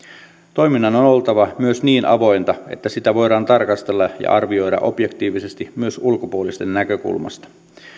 toiminnan on on oltava myös niin avointa että sitä voidaan tarkastella ja arvioida objektiivisesti myös ulkopuolisten näkökulmasta